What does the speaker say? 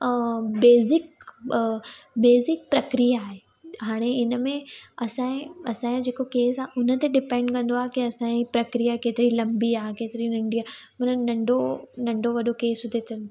अ basic अ basic प्रक्रिया आहे हाणे हिनमें असांजे असांजे जेको केस आहे उन ते डिपैंड कंदो आहे के असांजी प्रक्रिया केतिरी लंबी आहे केतिरी नंढी आहे मना नंढो नंढो वॾो केस त अचनि